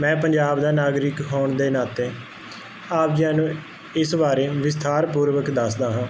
ਮੈਂ ਪੰਜਾਬ ਦਾ ਨਾਗਰਿਕ ਹੋਣ ਦੇ ਨਾਤੇ ਆਪ ਜੀਆਂ ਨੂੰ ਇਸ ਬਾਰੇ ਵਿਸਥਾਰ ਪੂਰਵਕ ਦੱਸਦਾ ਹਾਂ